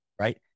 right